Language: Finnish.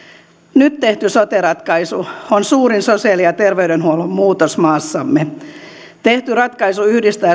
nyt tehty sote ratkaisu on suurin sosiaali ja terveydenhuollon muutos maassamme tehty ratkaisu yhdistää